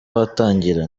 watangira